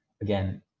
again